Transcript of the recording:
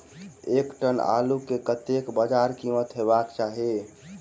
एक टन आलु केँ कतेक बजार कीमत हेबाक चाहि?